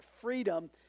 freedom